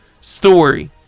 story